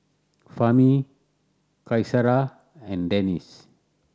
Fahmi Qaisara and Danish